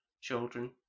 children